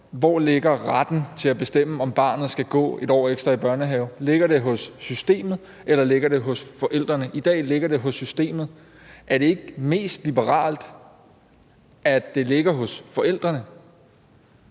hvor retten til at bestemme, om barnet skal gå 1 år ekstra i børnehave, ligger. Ligger den hos systemet, eller ligger den hos forældrene? I dag ligger den hos systemet. Er det ikke mest liberalt, at den ligger hos forældrene?